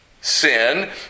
sin